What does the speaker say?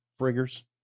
friggers